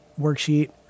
worksheet